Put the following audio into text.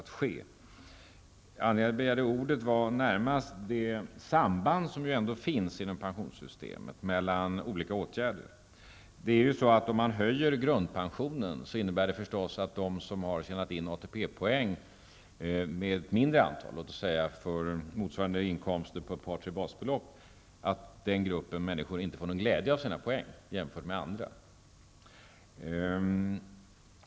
Anledningen till att jag begärde ordet var närmast det samband mellan olika åtgärder som ändå finns inom pensionssystemet. Om man höjer grundpensionen innebär detta naturligtvis att den som har tjänat in ATP-poäng under ett mindre antal år -- t.ex. om man har haft inkomster motsvarande ett par, tre basbelopp -- inte får någon glädje av sina poäng jämfört med andra.